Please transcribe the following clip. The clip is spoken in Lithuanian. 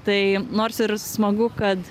tai nors ir smagu kad